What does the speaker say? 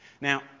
Now